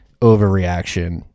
overreaction